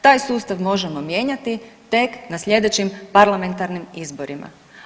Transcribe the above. Taj sustav možemo mijenjati tek na slijedećim parlamentarnim izborima.